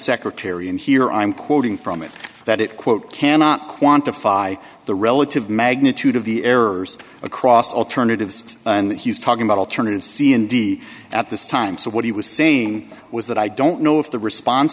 secretary and here i'm quoting from it that it quote cannot quantify the relative magnitude of the errors across alternatives and he's talking about alternatives c and d at this time so what he was saying was that i don't know if the response